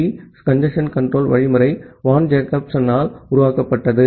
B congestion control protocol Van ஜேக்கப்சனால் உருவாக்கப்பட்டது